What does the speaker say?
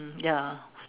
mm ya